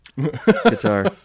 guitar